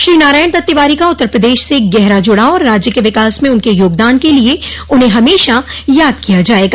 श्री नारायण दत्त तिवारी का उत्तर प्रदेश से गहरा जूड़ाव और राज्य के विकास में उनके योगदान के लिए उन्हें हमेशा याद किया जायेगा